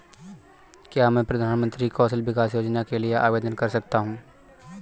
क्या मैं प्रधानमंत्री कौशल विकास योजना के लिए आवेदन कर सकता हूँ?